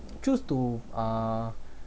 choose to uh